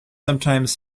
sometimes